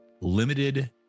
limited